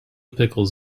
pickles